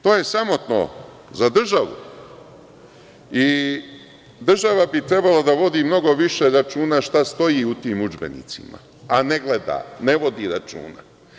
To je sramotno za državu i država bi trebalo da vodi mnogo više računa šta stoji u tom udžbenicima, a ne gleda, ne vodi računa.